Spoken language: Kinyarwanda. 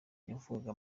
yavaga